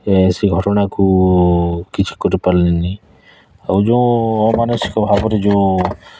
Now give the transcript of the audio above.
ସେ ଘଟଣାକୁ କିଛି କରି ପାରିଲେନି ଆଉ ଯେଉଁ ଅମାନୁଷିକ ଭାବରେ ଯେଉଁ